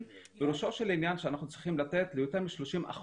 פירושו של עניין שאנחנו צריכים לתת ליותר מ-30%